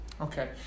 Okay